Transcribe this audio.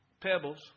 pebbles